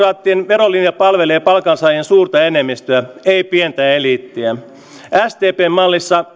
verolinja palvelee palkansaajien suurta enemmistöä ei pientä eliittiä sdpn mallissa